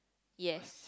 yes